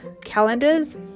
calendars